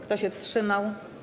Kto się wstrzymał?